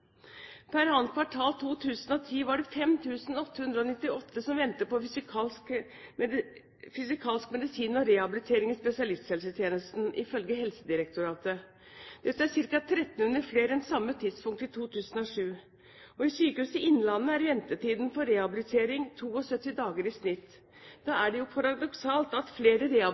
Per andre kvartal 2010 var det 5 698 som ventet på fysikalsk medisin og rehabilitering i spesialisthelsetjenesten, ifølge Helsedirektoratet. Dette er ca. 1 300 flere enn ved samme tidspunkt i 2007. Ved Sykehuset Innlandet er ventetiden for rehabilitering 72 dager i snitt. Da er det jo paradoksalt at flere